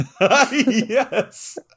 Yes